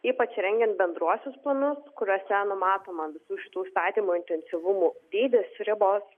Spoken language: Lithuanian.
ypač rengiant bendruosius planus kuriuose numatoma visų šitų užstatymų intensyvumų dydis ribos